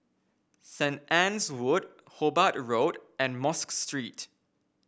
Saint Anne's Wood Hobart Road and Mosque Street